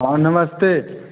हाँ नमस्ते